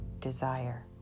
desire